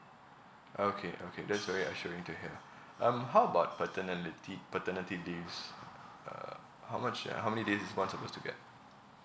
okay okay that's very assuring to hear um how about paternility paternity leaves uh how much uh how many days is one supposed to get